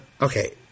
Okay